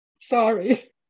Sorry